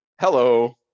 Hello